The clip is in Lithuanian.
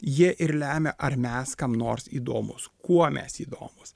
jie ir lemia ar mes kam nors įdomūs kuo mes įdomūs